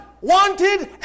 wanted